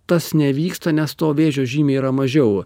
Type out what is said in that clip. tas nevyksta nes to vėžio žymiai yra mažiau